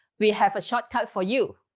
we have a shortcut for you.